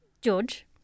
George